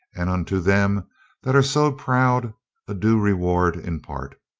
and unto them that are so proud a due reward im part